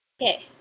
okay